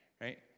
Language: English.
right